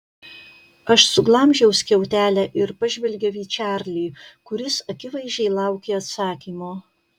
aš suglamžiau skiautelę ir pažvelgiau į čarlį kuris akivaizdžiai laukė atsakymo